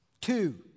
two